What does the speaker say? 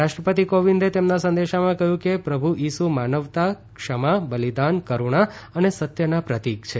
રાષ્ટ્રપતિ કોવિંદે તેમના સંદેશમાં કહ્યું કે પ્રભુ ઈસુ માનવતા ક્ષમા બલિદાન કરુણા અને સત્યના પ્રતીક છે